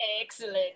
Excellent